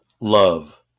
love